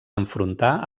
enfrontar